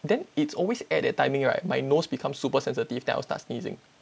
then it's always at that timing right my nose becomes super sensitive then I will start sneezing